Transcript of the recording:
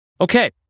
Okay